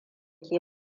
ke